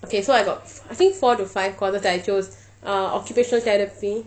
okay so I got I think four to five courses that I chose uh occupational therapy